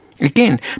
Again